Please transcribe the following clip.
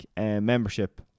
membership